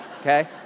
Okay